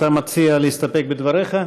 אתה מציע להסתפק בדבריך?